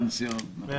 זו הפנסיה, נכון.